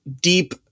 deep